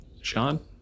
Sean